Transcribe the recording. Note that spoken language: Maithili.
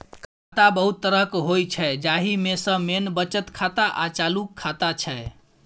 खाता बहुत तरहक होइ छै जाहि मे सँ मेन बचत खाता आ चालू खाता छै